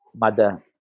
mother